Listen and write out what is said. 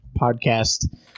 podcast